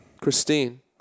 Christine